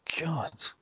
God